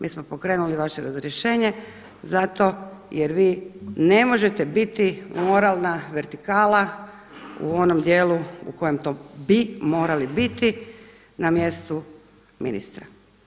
Mi smo pokrenuli vaše razrješenje zato jer vi ne možete biti moralna vertikala u onom dijelu u kojem to bi morali biti na mjestu ministra.